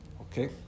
Okay